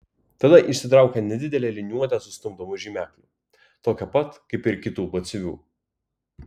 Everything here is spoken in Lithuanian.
tada išsitraukė nedidelę liniuotę su stumdomu žymekliu tokią pat kaip ir kitų batsiuvių